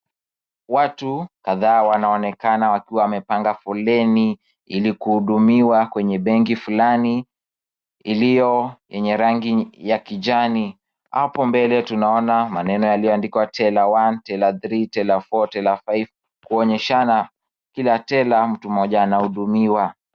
Watu kadhaa wanaonekana wakiwa wamepanga foleni ili kuhudumiwa kwenye bengi fulani iliyo yenye rangi ya kijani, hapo mbele tunaona maneno yaliandikwa teller 1 ,teller 3,teller 4,teller 5 kuonyeshana Kila teller mtu mmoja anahudumiwa.